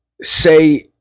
say